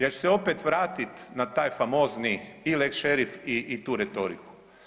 Ja ću se opet vratiti na taj famozni lex šerif i tu retoriku.